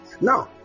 now